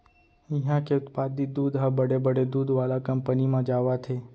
इहां के उत्पादित दूद ह बड़े बड़े दूद वाला कंपनी म जावत हे